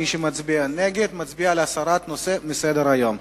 מי שמצביע נגד, מצביע להסרת הנושא מסדר-היום.